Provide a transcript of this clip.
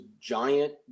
giant